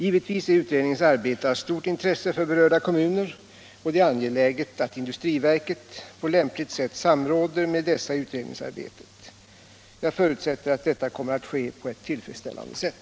Givetvis är utredningens arbete av stort intresse för berörda kommuner, och det är angeläget att industriverket på lämpligt sätt samråder med dessa i utredningsarbetet. Jag förutsätter att detta kommer att ske på ett tillfredsställande sätt.